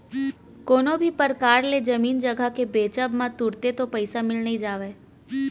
कोनो भी परकार ले जमीन जघा के बेंचब म तुरते तो पइसा मिल नइ जावय